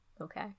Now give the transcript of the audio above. Okay